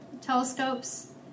telescopes